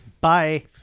Bye